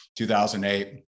2008